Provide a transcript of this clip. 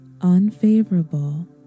unfavorable